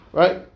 right